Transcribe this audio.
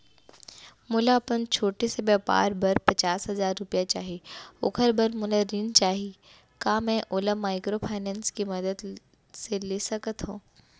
मोला अपन छोटे से व्यापार बर पचास हजार रुपिया चाही ओखर बर मोला ऋण चाही का मैं ओला माइक्रोफाइनेंस के मदद से ले सकत हो?